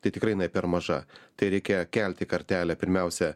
tai tikrai per maža tai reikėjo kelti kartelę pirmiausia